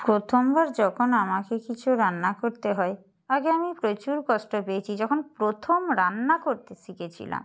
প্রথমবার যখন আমাকে কিছু রান্না করতে হয় আগে আমি প্রচুর কষ্ট পেয়েছি যখন প্রথম রান্না করতে শিখেছিলাম